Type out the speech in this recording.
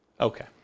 Okay